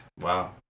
Wow